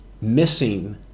missing